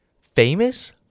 famous